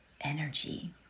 energy